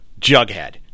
Jughead